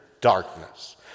darkness